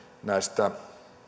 näistä